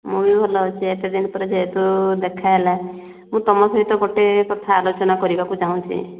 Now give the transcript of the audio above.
ମୁଁ ବି ଭଲ ଅଛି ଏତେ ଦିନ ପରେ ଯେହେତୁ ଦେଖାହେଲା ମୁଁ ତୁମ ସହିତ ଗୋଟେ କଥା ଆଲୋଚନା କରିବାକୁ ଚାହୁଁଛି